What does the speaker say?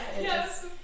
Yes